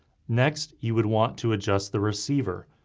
next, you would want to adjust the receiver,